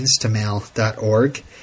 instamail.org